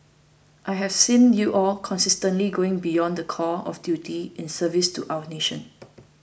I have seen you all consistently going beyond the call of duty in service to our nation